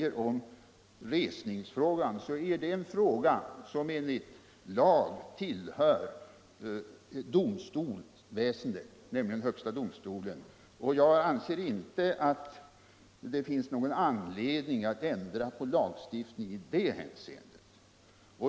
Resningsfrågan, som herr Svensson i Malmö tog upp, avgörs av högsta domstolen, och jag anser inte att det finns någon antledning att ändra lagsuftningen i det hänseendet.